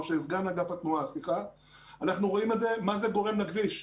אנחנו רואים מה זה גורם לכביש.